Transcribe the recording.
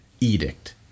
Edict